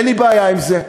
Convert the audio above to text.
אין לי בעיה עם זה.